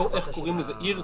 לא איך קוראים לזה עיר,